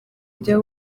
bya